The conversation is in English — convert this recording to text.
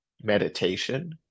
meditation